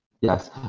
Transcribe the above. Yes